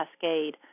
cascade